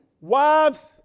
wives